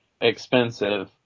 expensive